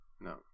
No